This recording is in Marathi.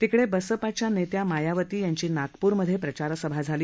तिकडे बसपाच्या नेत्या मायावती यांची नागप्रमध्ये प्रचार सभा झाली